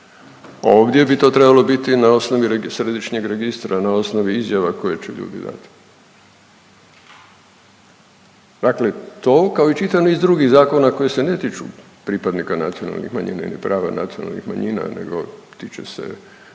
Ovdje bi to trebalo biti na osnovi Središnjeg registra, na osnovi izjava koje će ljudi dati. Dakle to kao i čitav niz drugih zakona koji ne tiču pripadnika nacionalnih manjina ili prava nacionalnih manjina, nego tiče se